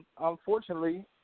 unfortunately